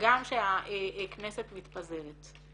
הגם שהכנסת מתפזרת.